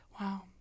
Wow